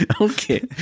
Okay